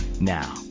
Now